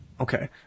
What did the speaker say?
Okay